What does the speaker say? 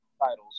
titles